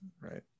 right